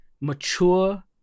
Mature